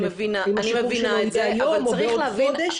אם השחרור שלו יהיה היום או בעוד חודש